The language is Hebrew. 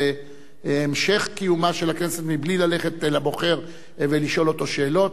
המשך קיומה של הכנסת מבלי ללכת לבוחר ולשאול אותו שאלות.